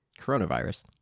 coronavirus